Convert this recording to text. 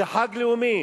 זה חג לאומי.